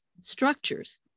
structures